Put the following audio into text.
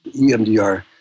EMDR